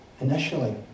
initially